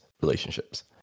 relationships